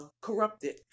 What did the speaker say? corrupted